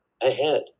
ahead